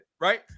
right